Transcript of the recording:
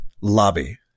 Lobby